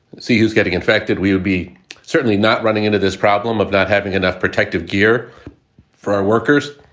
see who's getting infected. we'll be certainly not running into this problem of not having enough protective gear for our workers.